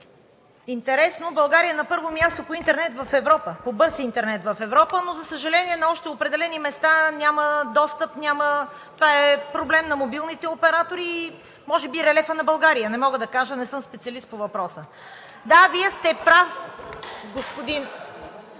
интересно, България е на първо място по интернет в Европа – по бърз интернет в Европа, но, за съжаление, на още определени места няма достъп. Това е проблем на мобилните оператори и може би релефът на България – не мога да кажа, не съм специалист по въпроса. Да, Вие сте прав, господин